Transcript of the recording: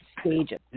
stages